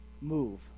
move